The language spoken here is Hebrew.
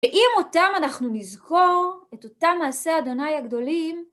ואם אותם אנחנו נזכור, את אותם מעשי ה' הגדולים,